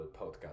podcast